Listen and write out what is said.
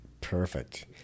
Perfect